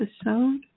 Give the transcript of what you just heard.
episode